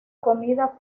comida